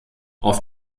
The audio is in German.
auf